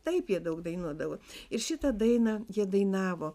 taip jie daug dainuodavo ir šitą dainą jie dainavo